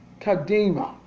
Kadima